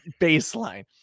baseline